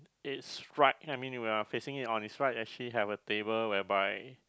it's right I mean when I'm facing it on it's right actually have a table whereby